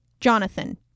Jonathan